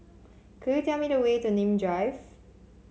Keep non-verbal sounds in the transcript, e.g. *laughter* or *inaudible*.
*noise* could you tell me the way to Nim Drive